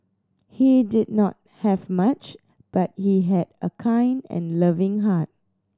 he did not have much but he had a kind and loving heart